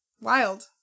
Wild